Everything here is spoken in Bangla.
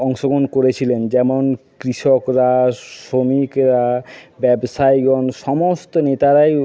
অংশগ্রহণ করেছিলেন যেমন কৃষকরা শ্রমিকরা ব্যবসায়ীগণ সমস্ত নেতারাই